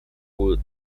wood